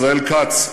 ישראל כץ,